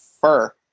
fur